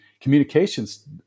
communications